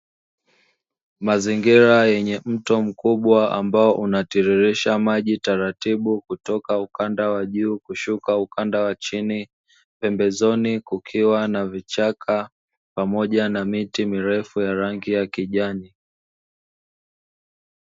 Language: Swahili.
Mazingira yenye mto mkubwa ambao unatiririsha maji taratibu kutoka ukanda wa juu kushuka ukanda wa chini. Pembezoni kukiwa na vichaka, pamoja na miti mirefu ya rangi ya kijani.